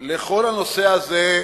לנושא של